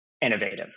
innovative